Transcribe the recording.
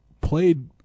played